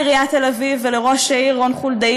לעיריית תל-אביב ולראש העיר רון חולדאי